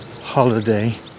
holiday